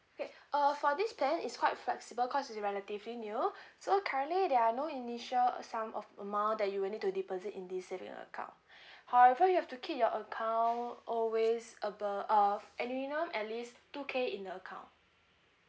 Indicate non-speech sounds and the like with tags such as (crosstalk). okay uh for this plan is quite flexible cause is relatively new so currently there are no initial uh sum of amount that you will need to deposit in this saving account (breath) however you have to keep your account always abo~ of a minimum at least two K in the account